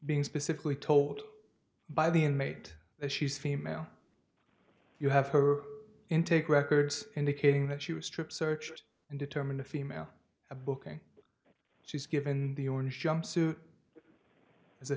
being specifically told by the inmate that she's female you have her intake records indicating that she was strip searched and determine a female a booking she's given the orange jumpsuit as a